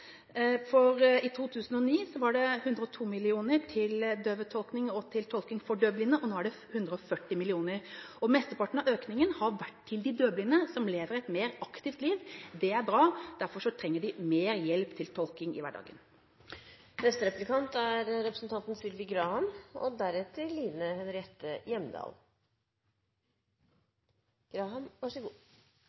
I 2009 var det 102 mill. kr til døvetolking og tolking for døvblinde, nå er det 140 mill. kr. Mesteparten av økningen har vært til de døvblinde, som lever et mer aktivt liv – det er bra – derfor trenger de mer hjelp til tolking i hverdagen.